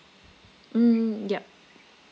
mm yup